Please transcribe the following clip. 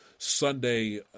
Sunday